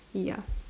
ya